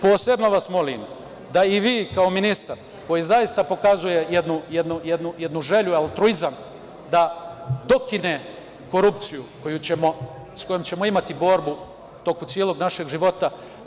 Posebno vas molim da i vi kao ministar koji zaista pokazuje jednu želju, altruizam da dokine korupciju sa kojom ćemo imati borbu tokom celog našeg života.